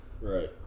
Right